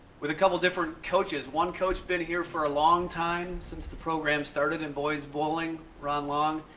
with a couple different coaches, one coach been here for a long-time since the program started in boys bowling ron long,